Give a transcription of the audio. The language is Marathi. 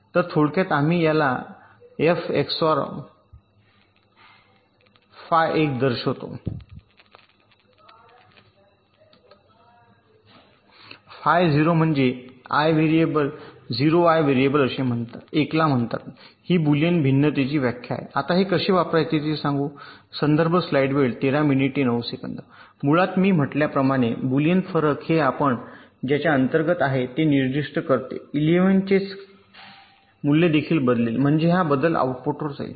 तर थोडक्यात आम्ही याला f ० एक्सओआर फाय १ असे दर्शवितो फाय ० म्हणजे i व्हेरिएबल ०i व्हेरिएबल असे म्हणतात 1 ला म्हणतात ही बुलियन भिन्नतेची व्याख्या आहे आता हे कसे वापरायचे ते सांगू मुळात मी म्हटल्याप्रमाणे बुलियन फरक हे आपण ज्याच्या अंतर्गत आहे ते निर्दिष्ट करते इलेव्हन चे च चे मूल्य देखील बदलेल म्हणजेच हा बदल आऊटपुटवर जाईल